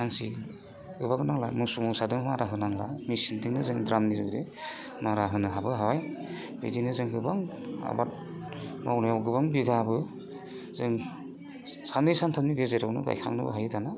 मानसि गोबां नांला मोसौ मोसाजों मारा होनांला मेसिनजोंनो जोङो द्रामनि जुरियै मारा होनोबो हाबाय बिदिनो जों गोबां आबाद मावनायाव गोबां बिगाबो जों साननै सानथामनि गेजेरावनो गायखांनोबो हायो दाना